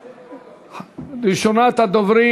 2826,